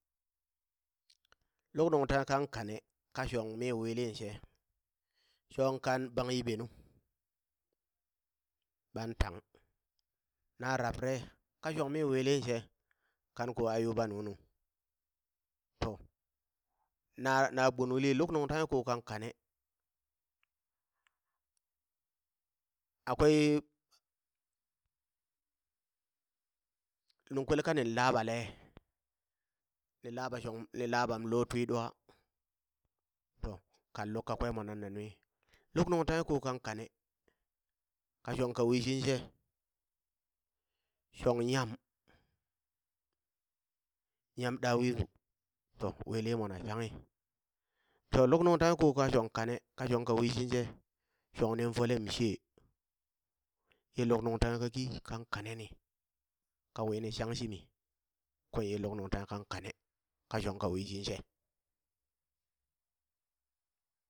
Luk nuŋ tanghe kan kane, kashong mi williŋ she, shong kan bang yiɓe nu, ɓan tang, na rabrare ka shong mi williŋ she kan ko ayuba nunu, to na na gbunungli luk nuŋ tanghe ko kan kane, akwai, nungkwele kanin laɓale, ni laɓa shong ni laɓam lotwi ɗwa, to kan luk kakwe monan na nui, luk nuŋ tanghe ko kan kane, ka shong ka wishing she, shong nyam, nyam ɗawisu, to wili mwana shanghi, to luk nuŋ tanghe ko ka shong kane ka shong ka wishit she, shong nin folem shee, ye luk nuŋ tanghe kaki kan kaneni, ka wini shang shimi, kwen ye luk nuŋ tanghe kan kane ka shong ka wishit shee.